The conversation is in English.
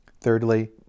Thirdly